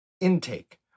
Intake